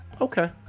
Okay